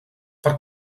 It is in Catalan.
per